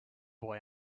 boy